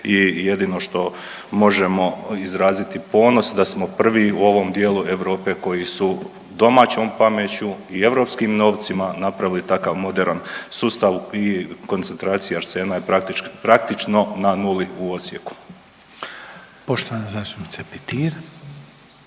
i jedino što možemo izraziti ponos, da smo prvi u ovom dijelu Europe koji su domaćom pameću i europskim novcima napravili takav moderan sustav i koncentracija arsena je praktično na nuli u Osijeku. **Reiner,